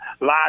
live